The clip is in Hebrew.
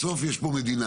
אבל בסוף יש פה מדינה,